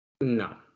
No